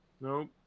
Nope